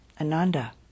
Ananda